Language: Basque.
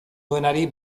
duenari